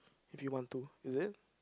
if you want to is it